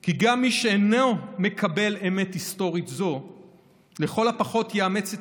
כי גם מי שאינו מקבל אמת היסטורית זו לכל הפחות יאמץ את